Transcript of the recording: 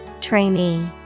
trainee